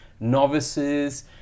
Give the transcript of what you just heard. novices